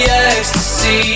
ecstasy